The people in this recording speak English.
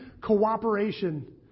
cooperation